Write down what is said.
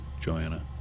Joanna